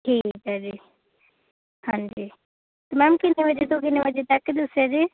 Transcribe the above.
ਠੀਕ ਹੈ ਜੀ ਹਾਂਜੀ ਅਤੇ ਮੈਮ ਕਿੰਨੇ ਵਜੇ ਤੋਂ ਕਿੰਨੇ ਵਜੇ ਤੱਕ ਦੱਸਿਆ ਜੀ